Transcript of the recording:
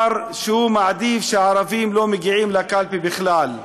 שהוא מעדיף שהערבים לא יגיעו לקלפי בכלל.